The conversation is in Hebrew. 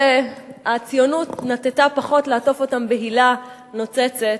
שהציונות נטתה פחות לעטוף אותם בהילה נוצצת,